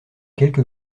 quelque